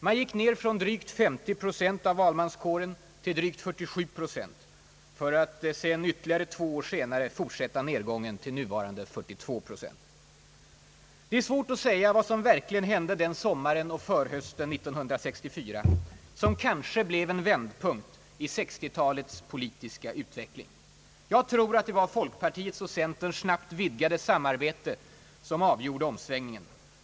Man gick ner från drygt 50 procent av valmanskåren till drygt 47 procent, för att ytterligare två år senare fortsätta nedgången till nuvarande 42 procent; Det är svårt att säga vad som verkligen hände den sommaren och förhösten 1964, som kanske blev en vändpunkt i 1960-talets politiska utveckling. Jag tror att det var folkpartiets och centerns snabbt vidgade samarbete, som avgjorde omsvängningen.